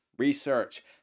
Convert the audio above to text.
research